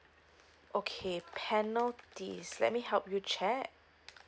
okay penalty is let me help you to check